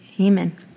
Amen